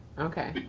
okay,